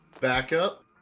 backup